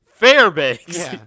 Fairbanks